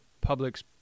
public's